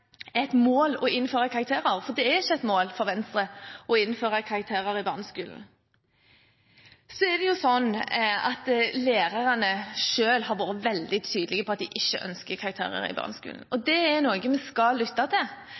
et mål å innføre karakterer – for det er ikke et mål for Venstre å innføre karakterer i barneskolen. Lærerne selv har vært veldig tydelige på at de ikke ønsker karakterer i barneskolen. Det er noe vi skal lytte til,